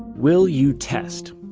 will you test?